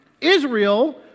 Israel